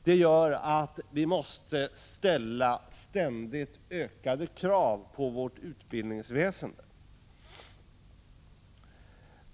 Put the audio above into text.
Det gör att vi måste ställa ständigt ökade krav på utbildningsväsendet.